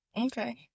Okay